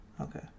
Okay